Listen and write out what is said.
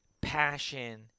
passion